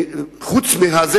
חוץ מזה,